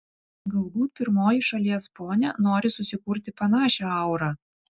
galbūt pirmoji šalies ponia nori susikurti panašią aurą